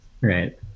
right